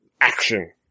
action